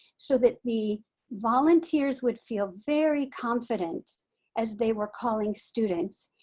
so that the volunteers would feel very confident as they were calling students.